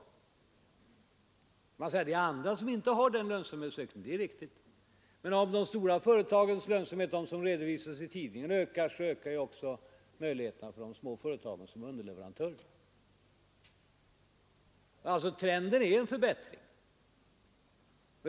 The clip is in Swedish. Det kan visserligen invändas att ganska många företag inte uppvisar en sådan lönsamhetsökning, och det är riktigt, men om lönsamheten ökar i de stora företagen — de som redovisas i tidningarna — förbättras läget också för de små företagen, som är underleverantörer. Trenden visar alltså en förbättring av det ekonomiska läget.